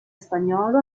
spagnolo